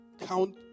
Count